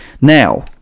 Now